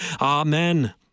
Amen